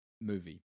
Movie